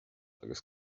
agus